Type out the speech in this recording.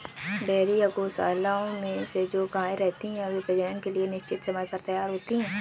dairy या गोशालाओं में जो गायें रहती हैं, वे प्रजनन के लिए निश्चित समय पर तैयार होती हैं